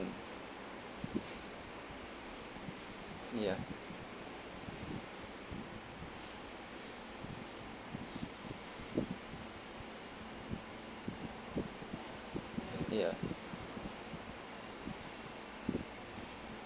ya ya